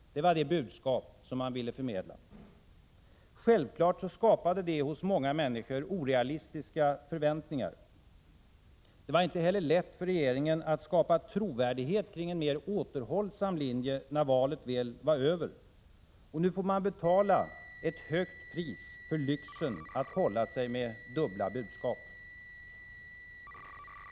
Det var det budskap man ville förmedla. Självfallet skapade det hos många människor orealistiska förväntningar. Det var inte heller lätt för regeringen att skapa trovärdighet kring en mer återhållsam linje när valet väl var över. Nu får man betala ett högt pris för lyxen att hålla sig med dubbla budskap.